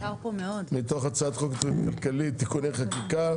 מתוך הצעת חוק התכנית הכלכלית (תיקוני חקיקה